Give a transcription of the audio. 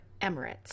Emirates